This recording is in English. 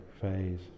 phase